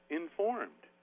informed